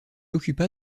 occupa